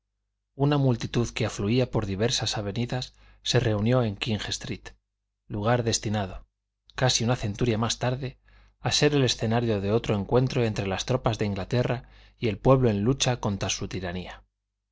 una multitud que afluía por diversas avenidas se reunió en king street lugar destinado casi una centuria más tarde a ser el escenario de otro encuentro entre las tropas de inglaterra y el pueblo en lucha contra su tiranía